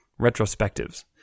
retrospectives